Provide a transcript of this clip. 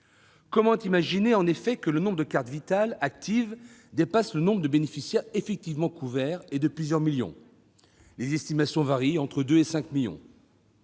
comment imaginer que le nombre de cartes Vitale actives dépasse le nombre de bénéficiaires effectivement couverts, et ce dans de telles proportions ? Les estimations varient entre 2 et 5 millions.